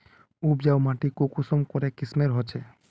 उपजाऊ माटी कुंसम करे किस्मेर होचए?